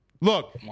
look